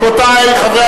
רבותי חברי